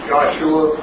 Joshua